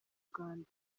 rwanda